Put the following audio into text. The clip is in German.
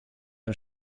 ein